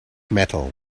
metal